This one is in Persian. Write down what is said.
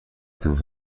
دور